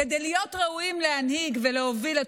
כדי להיות ראויים להנהיג ולהוביל את